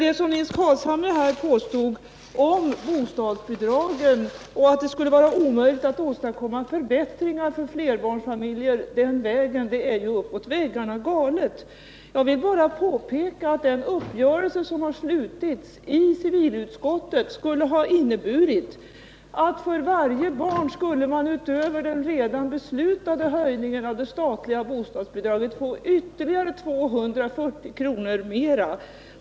Det påstående som Nils Carlshamre här gjorde om bostadsbidragen och att det skulle vara omöjligt att den vägen åstadkomma förbättringar för flerbarnsfamiljerna är uppåt väggarna galet. Jag vill bara påpeka att den uppgörelse som har träffats i civilutskottet skulle ha inneburit att man för varje barn, utöver den redan beslutade höjningen av det statliga bostadsbidraget, skulle få ytterligare 240 kr.